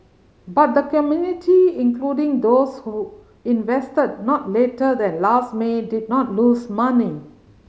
but the community including those who invested not later than last May did not lose money